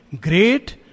great